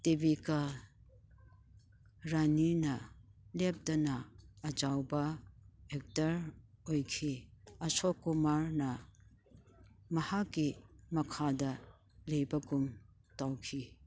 ꯗꯦꯕꯤꯀꯥ ꯔꯥꯅꯤꯅ ꯂꯦꯞꯇꯅ ꯑꯆꯧꯕ ꯑꯦꯛꯇꯔ ꯑꯣꯏꯈꯤ ꯑꯁꯣꯛꯀꯨꯃꯥꯔꯅ ꯃꯍꯥꯛꯀꯤ ꯃꯈꯥꯗ ꯂꯩꯕꯒꯨꯝ ꯇꯧꯈꯤ